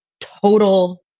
total